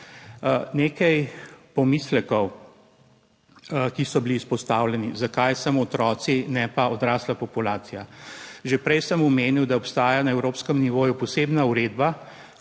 Nekaj pomislekov, ki so bili izpostavljeni, zakaj samo otroci, ne pa odrasla populacija. Že prej sem omenil, da obstaja na evropskem nivoju posebna uredba,